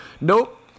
nope